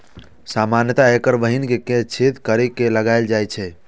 सामान्यतः एकर बीहनि कें छेद करि के लगाएल जाइ छै